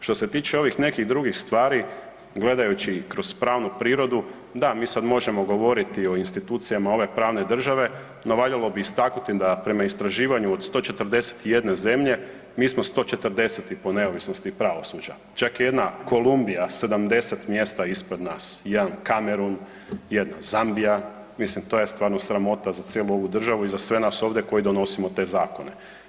Što se tiče ovih nekih drugih stvari gledajući kroz pravnu prirodu, da mi sada možemo govoriti o institucijama ove pravne države, no valjalo bi istaknuti da prema istraživanju od 141 zemlje mi smo 140. po neovisnosti pravosuđa, čak i jedna Kolumbija 70 mjesta ispred nas, jedan Kamerun, jedna Zambija, mislim to je stvarno sramota za cijelu ovu državu i za sve nas ovdje koji donosimo te zakone.